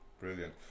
Brilliant